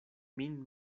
min